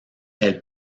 elle